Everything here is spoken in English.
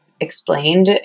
explained